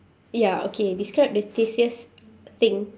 ya okay describe the tastiest thing